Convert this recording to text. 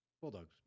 bulldog's